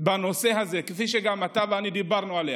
בנושא הזה, כפי שגם אתה ואני דיברנו עליה.